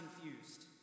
confused